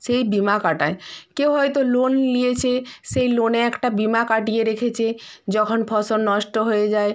সেই বিমা কাটায় কেউ হয়তো লোন নিয়েছে সেই লোনে একটা বিমা কাটিয়ে রেখেছে যখন ফসল নষ্ট হয়ে যায়